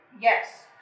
Yes